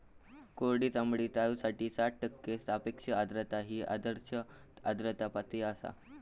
कोरडी चामडी टाळूसाठी साठ टक्के सापेक्ष आर्द्रता ही आदर्श आर्द्रता पातळी आसा